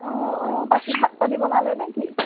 বাকী ভাত পানী বনালে নেকি